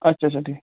اچھا اچھا ٹھیٖک